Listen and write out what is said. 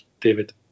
David